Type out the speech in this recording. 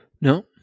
No